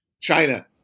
China